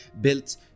built